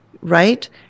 Right